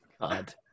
god